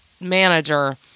manager